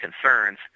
concerns